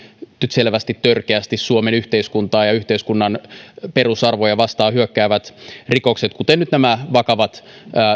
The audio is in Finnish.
selvästi törkeästi suomen yhteiskuntaa ja yhteiskunnan perusarvoja vastaan hyökkääviä rikoksia kuten nyt nämä vakavat